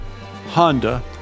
Honda